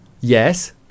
Yes